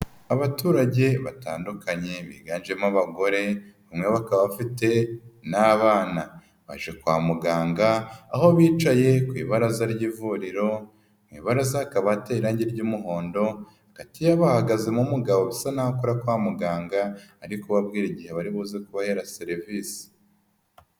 Abaturage batandukanye, biganjemo abagore, bamwe bakaba bafite n'abana. Baje kwa muganga aho bicaye ku ibaraza ry'ivuriro, mu ibaraza hakaba hateye irangi ry'umuhondo, hagati yabo hahagazemo umugabo usa n'aho nakora kwa muganga ,arikubabwira igihe baribuze kubahera serivisi.